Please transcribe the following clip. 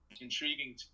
intriguing